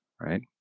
right